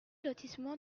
lotissement